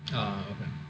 uh okay